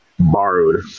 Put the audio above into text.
Borrowed